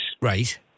Right